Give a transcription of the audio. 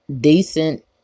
decent